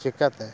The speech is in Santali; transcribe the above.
ᱪᱤᱠᱟᱛᱮ